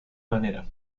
manera